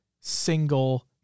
single